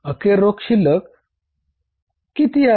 अखेर रोख शिल्लक अखेर रोख शिल्लक किती आहे